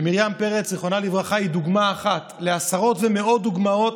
ומרים פרץ זיכרונה לברכה היא דוגמה אחת לעשרות ומאות בני נוער.